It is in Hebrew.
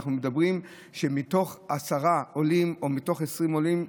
אנחנו מדברים על כך שמתוך עשר או 20 עולים,